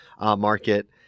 market